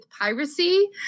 piracy